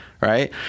right